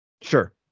Sure